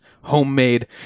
homemade